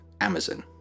Amazon